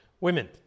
Women